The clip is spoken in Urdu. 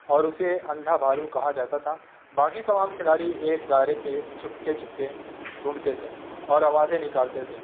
اور اسے اندھا بھالو کہا جاتا تھا باقی تمام کھلاڑی ایک دائرے پہ چھپکے چھپکے گھومتے تھے اور آوازیں نکالتے تھے